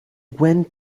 went